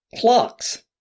Clocks